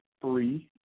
three